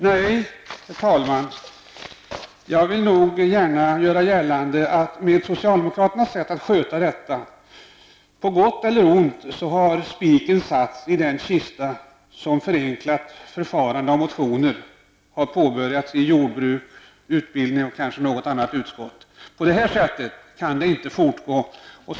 Nej, herr talman, jag vill nog gärna göra gällande att med socialdemokraternas sätt att sköta detta, på gott eller ont, har spiken satts i kistan för det förenklade förfarande för motionsbehandling som påbörjats i jordbruksutskottet, utbildningsutskottet och kanske också något annat utskott. På detta sätt kan det inte fortgå.